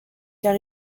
car